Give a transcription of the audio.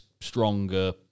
stronger